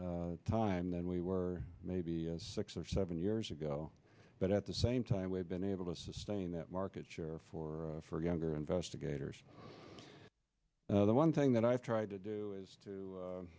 time than we were maybe six or seven years ago but at the same time we've been able to sustain that market share for for younger investigators the one thing that i've tried to do is to